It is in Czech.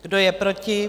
Kdo je proti?